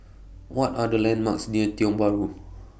What Are The landmarks near Tiong Bahru